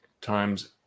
times